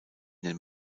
den